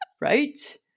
right